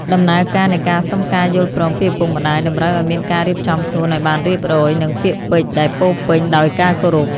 ដំណើរការនៃការសុំការយល់ព្រមពីឪពុកម្ដាយ តម្រូវឱ្យមានការរៀបចំខ្លួនឱ្យបានរៀបរយ និងពាក្យពេចន៍ដែលពោរពេញដោយការគោរព។